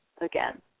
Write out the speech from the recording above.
again